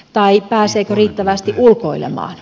tai pääseekö riittävästi ulkoilemaan